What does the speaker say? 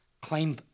claim